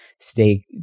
stay